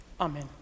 amen